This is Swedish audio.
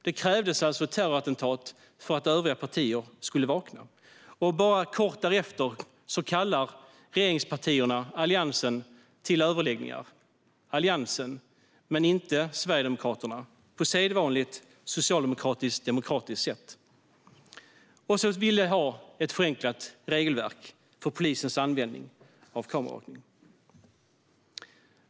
Det krävdes alltså ett terrorattentat för att övriga partier skulle vakna, och kort därefter kallade regeringspartierna Alliansen till överläggningar - Alliansen, men inte Sverigedemokraterna på sedvanligt socialdemokratiskt demokratiskt sätt. Man ville ha ett förenklat regelverk för polisens användning av kameraövervakning.